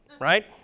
right